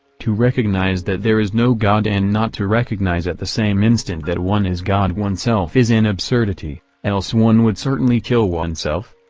to recognize that there is no god and not to recognize at the same instant that one is god oneself is an absurdity, else one would certainly kill oneself.